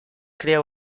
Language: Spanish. crea